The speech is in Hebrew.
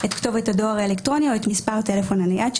את כתובת הדואר האלקטרוני או את מספר הטלפון הנייד שלה.".